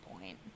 point